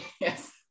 yes